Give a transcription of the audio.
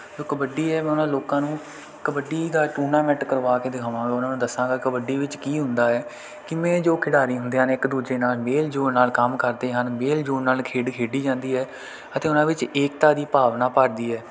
ਜੋ ਕਬੱਡੀ ਹੈ ਮੈਂ ਉਹਨਾਂ ਲੋਕਾਂ ਨੂੰ ਕਬੱਡੀ ਦਾ ਟੂਰਨਾਮੈਂਟ ਕਰਵਾ ਕੇ ਦਿਖਾਵਾਂਗਾ ਉਹਨਾਂ ਨੂੰ ਦੱਸਾਂਗਾ ਕਬੱਡੀ ਵਿੱਚ ਕੀ ਹੁੰਦਾ ਹੈ ਕਿਵੇਂ ਜੋ ਖਿਡਾਰੀ ਹੁੰਦੇ ਹਨ ਇੱਕ ਦੂਜੇ ਨਾਲ ਮੇਲਜੋਲ ਨਾਲ ਕੰਮ ਕਰਦੇ ਹਨ ਮੇਲਜੋਲ ਨਾਲ ਖੇਡ ਖੇਡੀ ਜਾਂਦੀ ਹੈ ਅਤੇ ਉਹਨਾਂ ਵਿੱਚ ਏਕਤਾ ਦੀ ਭਾਵਨਾ ਭਰਦੀ ਹੈ